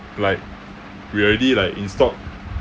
like we already like installed